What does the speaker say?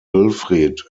wilfrid